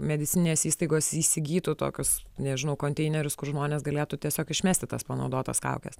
medicininės įstaigos įsigytų tokius nežinau konteinerius kur žmonės galėtų tiesiog išmesti tas panaudotas kaukes